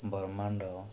ବ୍ରହ୍ମାଣ୍ଡ